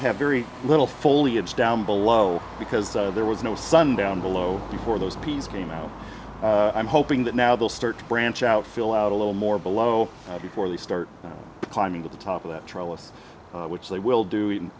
have very little foliage down below because there was no sun down below before those pieces came out i'm hoping that now they'll start to branch out fill out a little more below before they start climbing to the top of that trellis which they will do i